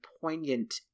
poignant